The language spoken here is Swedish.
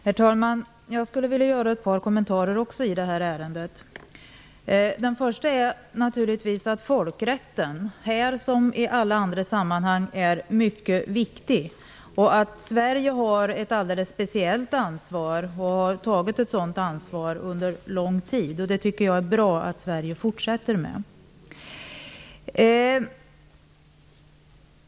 Herr talman! Också jag vill göra ett par kommentarer i det här ärendet. Den första är naturligtvis att folkrätten här som i alla andra sammanhang är mycket viktig och att Sverige har ett alldeles speciellt ansvar, och har tagit ett sådant ansvar, under lång tid. Det tycker jag är bra att Sverige fortsätter med.